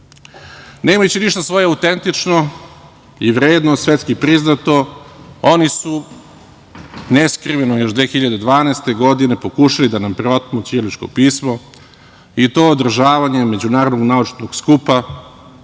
Nemajući ništa svoje autentično i vredno, svetski priznato, oni su neskriveno, još 2012. godine, pokušali da nam preotmu ćiriličko pismo i to održavanjem međunarodnog naučnog skupa